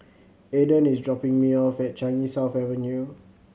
Aydan is dropping me off at Changi South Avenue